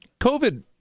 COVID